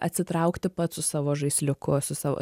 atsitraukti pats su savo žaisliuku su savo